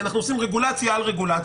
כי אנחנו עושים רגולציה על רגולציה,